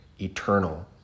eternal